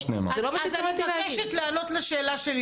אז אני מבקשת לענות לשאלה שלי,